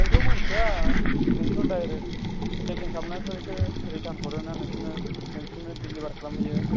जोंथ' मिन्थिया जोंथ' डाइरेक्ट पेकिं खालामनानैसो रिटार्न हरो ना नोंसोरनो नोंसोरनो डेलिभार खालामहैयो